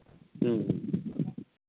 ᱦᱮᱸ